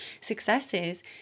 successes